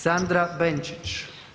Sandra Benčić.